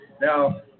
Now